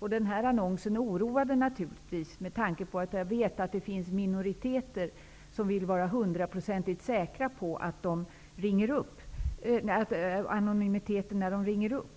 Denna annons oroade mig naturligtvis, med tanke på att jag vet att det finns minoriteter som vill vara hundraprocentigt säkra på anonymiteten när de ringer upp.